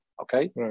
Okay